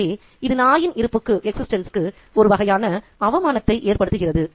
எனவே இது நாயின் இருப்புக்கு ஒரு வகையான அவமானம் ஏற்படுத்துகிறது